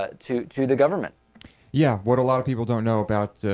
ah to to the government yeah were a lot of people don't know about ah.